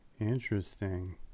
Interesting